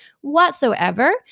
whatsoever